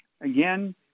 again